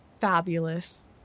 fabulous